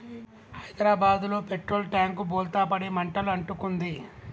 హైదరాబాదులో petrol tank బోల్తా పడి మంటలు అంటుకుంది